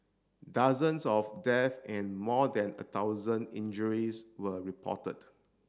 dozens of death and more than a thousand injuries were reported